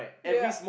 ya